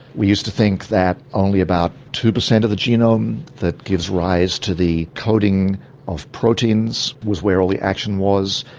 we used to think that only about two per cent of the genome that gives rise to the coding of proteins was where all the action was.